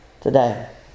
today